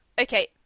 Okay